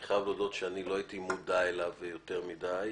אני חייב להודות שאני לא הייתי מודע אליו יותר מדי.